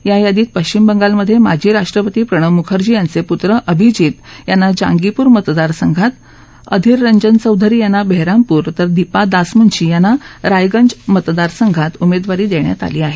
या यादीत पश्चिम बंगालमधे माजी राष्ट्रपती प्रणव मुखर्जी यांचे पूत्र अभिजित यांना जांगीपूर मतदारसंघात अधीर रंजन चौधरी यांना बेहरामपूर तर दीपा दासमुन्शी यांना रायगंज मतदारसंघात उमेदवारी देण्यात आली आहे